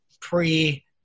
pre